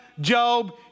Job